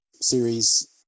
series